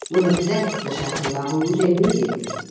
would have left the chateau larouge immediately.